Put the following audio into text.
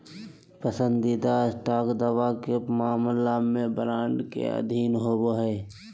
पसंदीदा स्टॉक दावा के मामला में बॉन्ड के अधीन होबो हइ